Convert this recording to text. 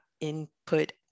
input